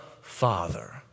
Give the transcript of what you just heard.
Father